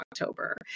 October